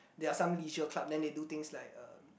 they are some leisure club then they do things like uh